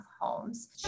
homes